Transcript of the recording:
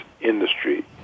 industry